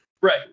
right